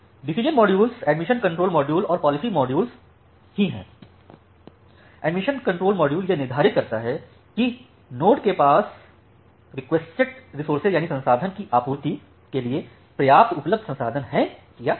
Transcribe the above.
decision module admission control module और policy control module ही हैं एडमिशन कंट्रोल मॉड्यूल यह निर्धारित करता है कि नोड के पास रेकएस्टेड संसाधन की आपूर्ति के लिए पर्याप्त उपलब्ध संसाधन हैं या नहीं